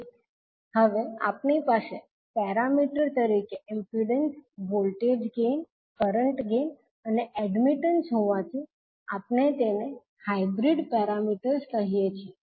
તેથી હવે આપણી પાસે પેરામીટર તરીકે impedance voltage gain current gain અને એડમિટન્સ હોવાથી આપણે તેમને હાઇબ્રીડ પેરામીટર્સ કહીએ છીએ